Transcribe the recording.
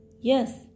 Yes